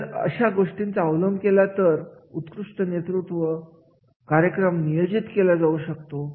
जर अशा गोष्टींचा अवलंब केला तर उत्कृष्ट नेतृत्व कार्यक्रम नियोजित केला जाऊ शकतो